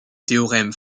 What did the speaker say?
théorème